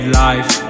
life